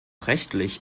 rechtlich